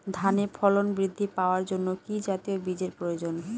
ধানে ফলন বৃদ্ধি পাওয়ার জন্য কি জাতীয় বীজের প্রয়োজন?